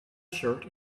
shirt